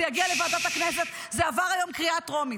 זה יגיע לוועדת הכנסת, זה עבר היום קריאה טרומית.